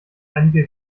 einige